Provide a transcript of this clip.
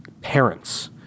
parents